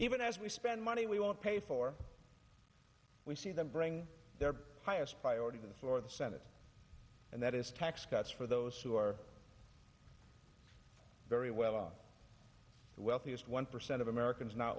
even as we spend money we won't pay for we see them bring their highest priority than for the senate and that is tax cuts for those who are very well the wealthiest one percent of americans no